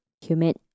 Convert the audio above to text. humid